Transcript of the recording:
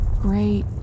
great